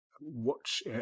watch